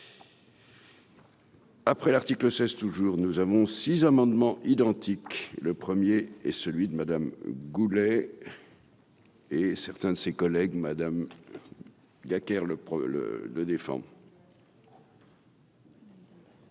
Après l'article 16 toujours, nous avons six amendements identiques, le 1er est celui de Madame Goulet. Et certains de ses collègues Madame Deckers le le